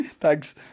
Thanks